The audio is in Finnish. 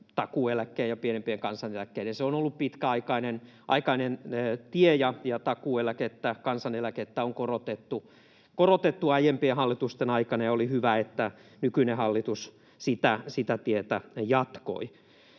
takuueläkkeen ja pienimpien kansaneläkkeiden osalta. Se on ollut pitkäaikainen tie. Takuueläkettä, kansaneläkettä on korotettu aiempien hallitusten aikana, ja oli hyvä, että nykyinen hallitus sitä tietä jatkoi.